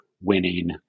winning